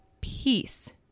peace